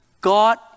God